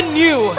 new